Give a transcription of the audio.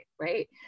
right